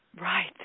Right